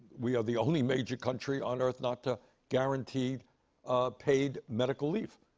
we are the only major country on earth not to guarantee paid medical leave.